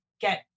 get